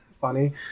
funny